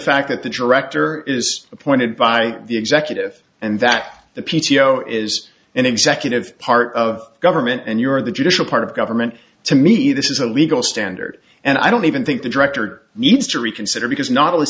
fact that the director is appointed by the executive and that the p t o is an executive part of government and you are the judicial part of government to me this is a legal standard and i don't even think the director needs to reconsider because not only